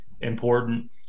important